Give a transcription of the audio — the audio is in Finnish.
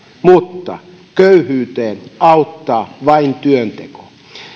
mutta köyhyyteen auttaa vain työnteko